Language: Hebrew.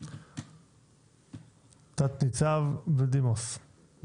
תת ניצב בדימוס.